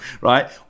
right